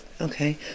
Okay